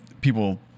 people